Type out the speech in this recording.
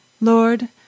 Lord